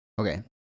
okay